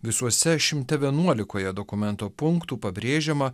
visuose šimte vienuolikoje dokumento punktų pabrėžiama